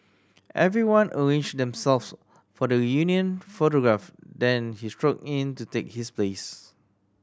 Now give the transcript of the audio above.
everyone arranged themselves for the reunion photograph then he strode in to take his place